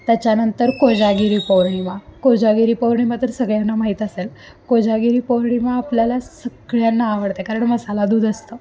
त्याच्यानंतर कोजागरी पौर्णिमा कोजागरी पौर्णिमा तर सगळ्यांना माहीत असेल कोजागरी पौर्णिमा आपल्याला सगळ्यांना आवडते कारण मसाला दूध असतं